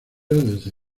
desde